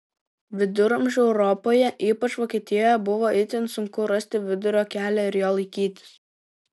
viduramžių europoje ypač vokietijoje buvo itin sunku rasti vidurio kelią ir jo laikytis